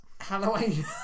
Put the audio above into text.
Halloween